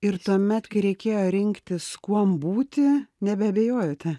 ir tuomet kai reikėjo rinktis kuom būti nebeabejojote